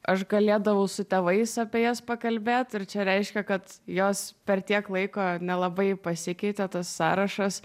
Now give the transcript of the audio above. aš galėdavau su tėvais apie jas pakalbėt ir čia reiškia kad jos per tiek laiko nelabai pasikeitė tas sąrašas